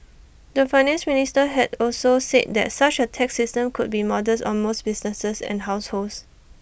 the Finance Minister had also said that such A tax system could be modest on most businesses and households